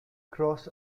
cross